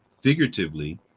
figuratively